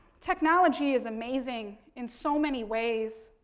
technology is amazing in so many ways.